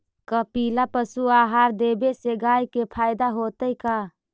कपिला पशु आहार देवे से गाय के फायदा होतै का?